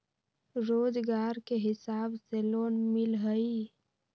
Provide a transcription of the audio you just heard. रोजगार के हिसाब से लोन मिलहई?